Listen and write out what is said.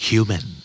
Human